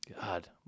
God